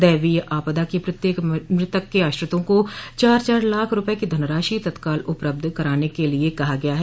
दैवीय आपदा के प्रत्येक मृतक के आश्रितों को चार चार लाख रूपये की धनराशि तत्काल उपलब्ध कराने के लिए कहा गया है